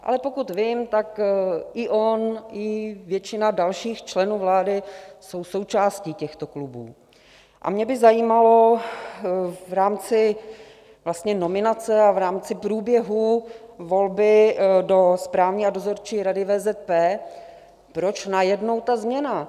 Ale pokud vím, tak i on, i většina dalších členů vlády jsou součástí těchto klubů, a mě by zajímalo v rámci nominace a v rámci průběhu volby do Správní a Dozorčí rady VZP, proč najednou ta změna.